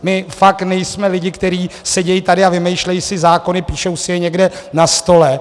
My fakt nejsme lidi, kteří sedí tady a vymýšlí si zákony, píšou si je někde na stole.